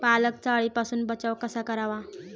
पालकचा अळीपासून बचाव कसा करावा?